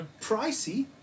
pricey